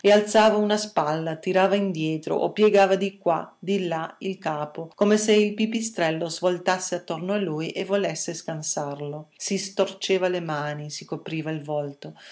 alzava una spalla tirava indietro o piegava di qua di là il capo come se il pipistrello svoltasse attorno a lui e volesse scansarlo si storceva le mani si copriva il volto